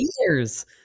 years